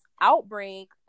outbreak